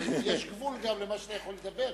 אבל יש גבול גם למה שאתה יכול לדבר,